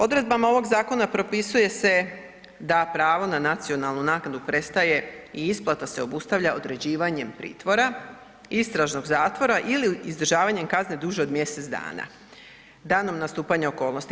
Odredbama ovog zakona propisuje se da pravo na nacionalnu naknadu prestaje i isplata se obustavlja određivanjem pritvora, istražnog zatvora ili izdržavanjem kazne duže od mjesec dana, danom nastupanja okolnosti.